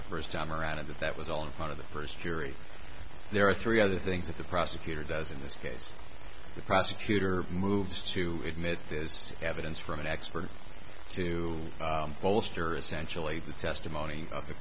the first time around if that was all in front of the first jury there are three other things that the prosecutor does in this case the prosecutor moves to admit his evidence from an expert to bolster essentially the testimony of the